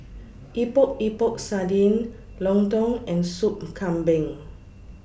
Epok Epok Sardin Lontong and Soup Kambing